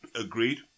agreed